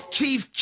Chief